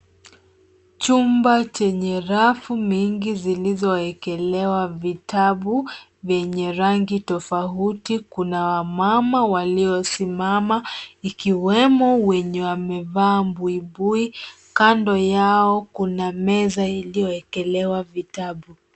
Chumba chenye rafu nyingi zilizowekelewa vitabu vyenye rangi tofauti. Kuna wamama waliosimama ikiwemo wenye wamevaa buibui .Kando yao kuna meza iliyowekelewa vitabu.